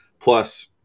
Plus